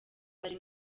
bari